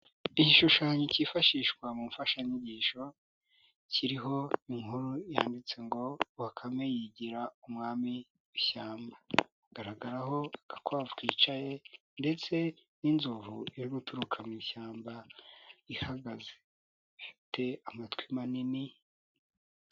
igishushanyo cyifashishwa mu mfashanyigisho kiriho inkuru yanditse ngo Bakame yigira umwami w'ishyamba hagaragaraho agakwavu kicaye ndetse n'inzovu iri guturuka mu ishyamba ihagaze ifite amatwi manini.